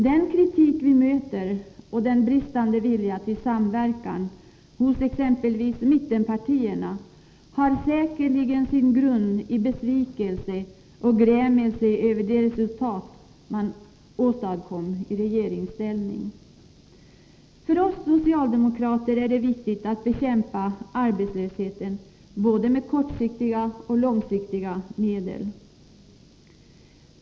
Den kritik vi möter och den bristande viljan till samverkan hos exempelvis mittenpartierna har säkerligen sin grund i besvikelse och grämelse över det resultat man åstadkom i regeringsställning. För oss socialdemokrater är det viktigt att bekämpa arbetslösheten, både med kortsiktiga och med långsiktiga medel.